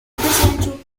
presidential